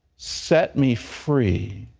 set me free